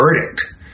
verdict